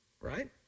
right